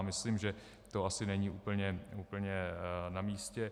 Myslím, že to asi není úplně namístě.